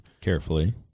carefully